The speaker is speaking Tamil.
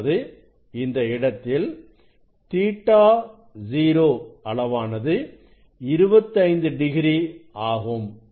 அதாவது இந்த இடத்தில் Ɵ0 அளவானது 25 டிகிரி ஆகும்